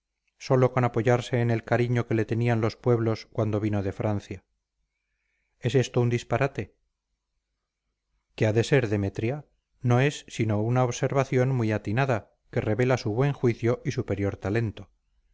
sólo con apoyarse en el cariño que le tenían los pueblos cuando vino de francia es esto un disparate qué ha de ser demetria no es sino una observación muy atinada que revela su buen juicio y superior talento